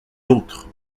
l’autre